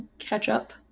ketchup,